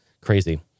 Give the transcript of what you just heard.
Crazy